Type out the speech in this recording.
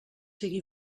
sigui